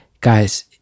guys